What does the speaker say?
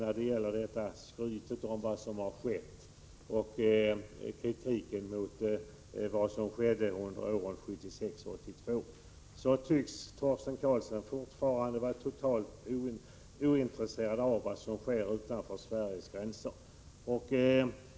När det gäller skrytet om vad som har skett och kritiken mot vad som skedde under åren 1976-1982 tycks Torsten Karlsson fortfarande vara totalt ointresserad av vad som sker utanför Sveriges gränser.